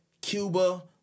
cuba